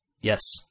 Yes